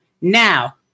now